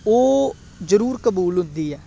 ਉਹ ਜ਼ਰੂਰ ਕਬੂਲ ਹੁੰਦੀ ਹੈ